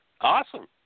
Awesome